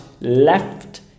left